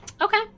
Okay